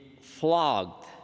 flogged